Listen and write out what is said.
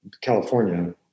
California